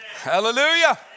Hallelujah